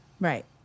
right